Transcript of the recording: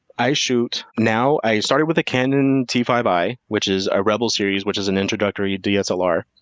i shoot, now, i started with a canon t five i, which is a rebel series, which is an introductory dslr.